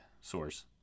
source